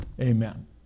Amen